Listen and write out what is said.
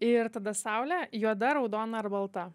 ir tada saule juoda raudona ar balta